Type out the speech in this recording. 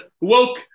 woke